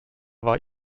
war